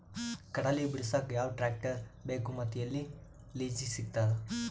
ಕಡಲಿ ಬಿಡಸಕ್ ಯಾವ ಟ್ರ್ಯಾಕ್ಟರ್ ಬೇಕು ಮತ್ತು ಎಲ್ಲಿ ಲಿಜೀಗ ಸಿಗತದ?